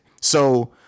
So-